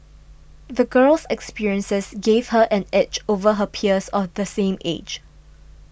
the girl's experiences gave her an edge over her peers of the same age